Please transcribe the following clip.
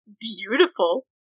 Beautiful